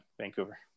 vancouver